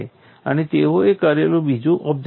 અને તેઓએ કરેલું બીજું ઓબ્ઝર્વેશન છે